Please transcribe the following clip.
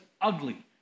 ugly